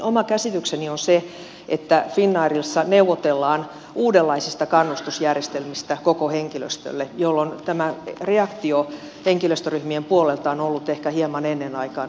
oma käsitykseni on se että finnairissa neuvotellaan uudenlaisista kannustusjärjestelmistä koko henkilöstölle jolloin tämä reaktio henkilöstöryhmien puolelta on ollut ehkä hieman ennenaikainen